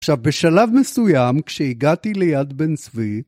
‫עכשיו, בשלב מסוים כשהגעתי ליד בן צבי...